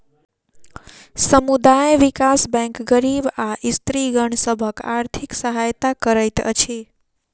समुदाय विकास बैंक गरीब आ स्त्रीगण सभक आर्थिक सहायता करैत अछि